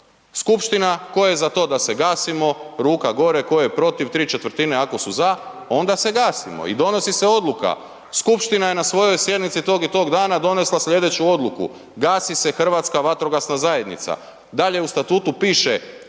Skupština, tko je za to da se gasimo, ruka gore, ¾ ako su za, onda se gasimo i donosi se odluka. Skupština je na svojoj sjednici tog i tog dana donijela slijedeću odluku, gasi se HVZ. Dalje u statutu piše